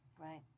right